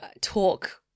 talk